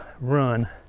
run